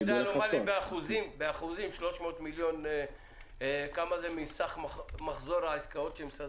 אתה יודע לומר לי באחוזים 300 מיליון כמה זה מסך מחזור העסקאות של משרד